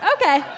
Okay